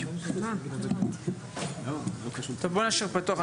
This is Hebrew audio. טוב, בואו נשאיר פתוח.